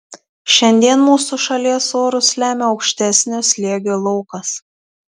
šiandien mūsų šalies orus lemia aukštesnio slėgio laukas